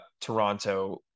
Toronto